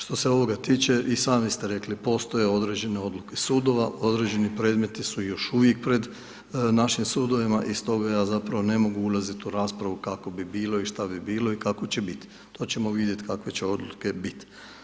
Što se ovoga tiče, i sami ste rekli, postoje određene odluke sudova, određeni predmeti su još uvijek pred našim sudovima i stoga ja zapravo ne mogu ulaziti u raspravu kako bi bilo i šta bi bilo i kako će bit, to ćemo vidjeti kakve će odluke bit.